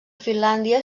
finlàndia